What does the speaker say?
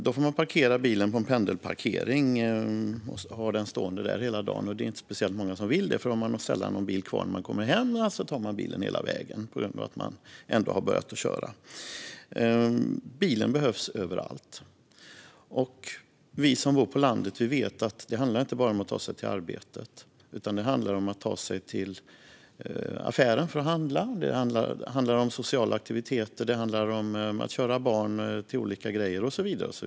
Då får man parkera bilen på en pendelparkering och ha den stående där hela dagen. Det är inte speciellt många som vill det, eftersom man då sällan har någon bil kvar där när man kommer hem. Därför tar man bilen hela vägen på grund av att man ändå har börjat köra. Bilen behövs överallt. Vi som bor på landet vet att det inte bara handlar om att ta sig till arbetet. Det handlar om att ta sig till affären för att handla, det handlar om att ta sig till sociala aktiviteter, det handlar om att köra barn till olika saker och så vidare.